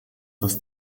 dass